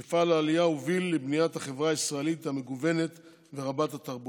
מפעל העלייה הוביל לבניית החברה הישראלית המגוונת ורבת-התרבויות.